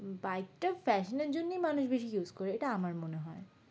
বাইকটা ফ্যাশনের জন্যই মানুষ বেশি ইউজ করে এটা আমার মনে হয়